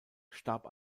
starb